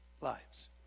lives